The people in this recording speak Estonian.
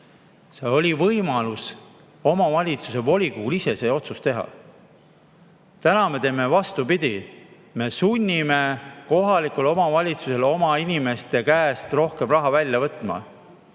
Seal oli võimalus omavalitsuse volikogul ise see otsus teha. Täna me teeme vastupidi, me sunnime kohalikku omavalitsust oma inimeste käest rohkem raha võtma.